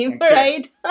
right